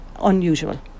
unusual